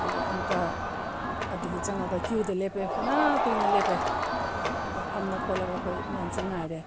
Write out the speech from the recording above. ꯑꯗꯒꯤ ꯑꯃꯨꯛꯀ ꯑꯗꯒꯤ ꯆꯪꯉꯒ ꯀ꯭ꯌꯨꯗ ꯂꯦꯞꯄꯦ ꯐꯅ ꯀꯨꯏꯅ ꯂꯦꯞꯄꯦ ꯑꯗꯨꯗ ꯐꯝꯃ ꯈꯣꯠꯂꯒ ꯑꯩꯈꯣꯏ ꯃꯌꯥꯝꯁꯦ ꯉꯥꯏꯔꯦ